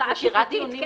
ערכאה שיפוטית,